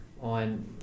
on